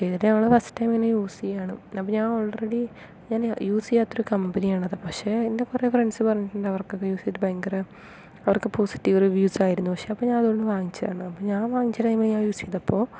ചെയ്തിട്ട് ഞങ്ങൾ first time തന്നെ യൂസ് ചെയ്യുകയാണ് അപ്പോൾ ഞാൻ ഓൾറെഡി ഞാൻ യൂസ് ചെയ്യാത്ത കമ്പനിയാണത് പക്ഷെ എൻ്റെ കുറെ ഫ്രണ്ട്സ് പറഞ്ഞിട്ടുണ്ട് അവർക്കൊക്കെ യൂസ് ചെയ്തിട്ട് ഭയങ്കര അവർക്ക് പോസിറ്റീവ് റിവ്യൂസ് ആയിരുന്നു പക്ഷെ അപ്പോൾ ഞാൻ അതുകൊണ്ട് വാങ്ങിച്ചതാണ് പക്ഷെ ഞാൻ വാങ്ങിച്ച ടൈമിൽ ഞാൻ യൂസ് ചെയ്തപ്പോൾ